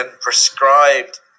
prescribed